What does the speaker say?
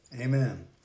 Amen